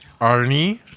Arnie